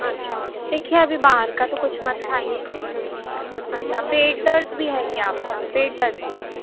अच्छा देखिए अभी बाहर का तो कुछ मत खाइए अच्छा पेट दर्द भी है क्या आपका पेट दर्द भी है